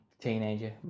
teenager